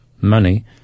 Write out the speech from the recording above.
money